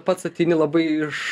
pats ateini labai iš